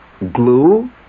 glue